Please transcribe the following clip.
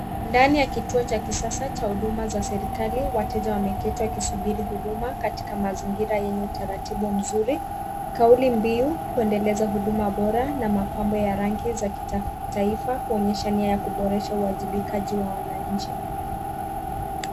Ndani ya kituo cha kisasa cha huduma za serikali, wateja wameketi wakisubiri huduma, katika mazingira yenye utaratibu mzuri. Kauli mbiu kuendeleza huduma bora na mapambo ya rangi za kitaifa huonyesha nia ya kuboresha uajibikaji wa wananchi.